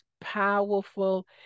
powerful